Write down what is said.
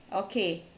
okay